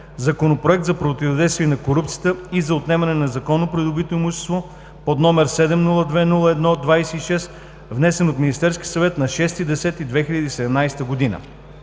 Законопроект за противодействие на корупцията и за отнемане на незаконно придобито имущество, №702-01-26, внесен от Министерския съвет на 6 октомври